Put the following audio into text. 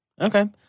Okay